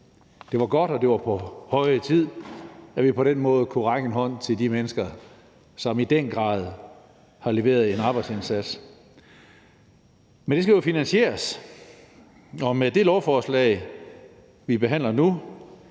Det var godt, og det var på høje tid, at vi på den måde kunne række en hånd til de mennesker, som i den grad har leveret en arbejdsindsats. Men det skal jo finansieres, og med det lovforslag, vi behandler nu,